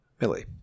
Millie